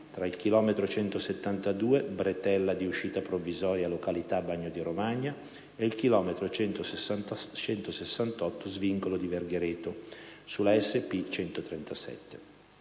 tra il chilometro 172+450 (bretella di uscita provvisoria - località Bagno di Romagna) ed il chilometro 168+200 (svincolo di Verghereto) sulla SP 137.